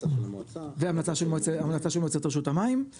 והמלצה של מועצת רשות המים.